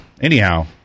anyhow